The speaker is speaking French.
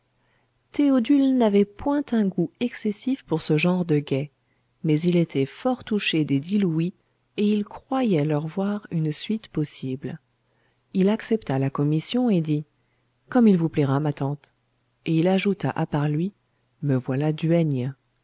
théodule n'avait point un goût excessif pour ce genre de guet mais il était fort touché des dix louis et il croyait leur voir une suite possible il accepta la commission et dit comme il vous plaira ma tante et il ajouta à part lui me voilà